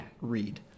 read